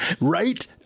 Right